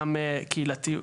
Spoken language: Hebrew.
גם קהילתיות.